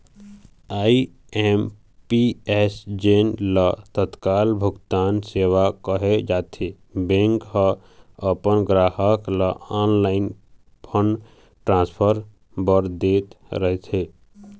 IMPS जेन ल तत्काल भुगतान सेवा कहे जाथे, बैंक ह अपन गराहक ल ऑनलाईन फंड ट्रांसफर बर दे रहिथे